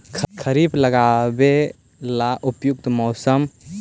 खरिफ लगाबे ला उपयुकत मौसम?